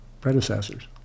predecessors